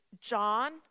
John